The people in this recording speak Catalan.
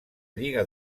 lliga